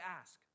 ask